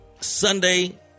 Sunday